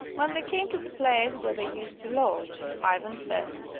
when they came to the place where they used to lodge, ivan said,